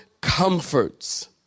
comforts